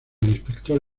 inspector